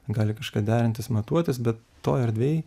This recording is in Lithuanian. gali kažką derintis matuotis bet toj erdvėj